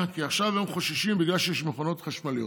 כי עכשיו הם חוששים, בגלל שיש מכוניות חשמליות.